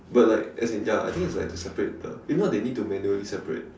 but like as in ya I think it's like to separate the if not they need to manually separate